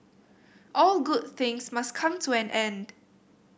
all good things must come to an end